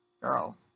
Girl